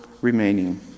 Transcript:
remaining